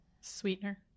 Sweetener